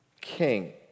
king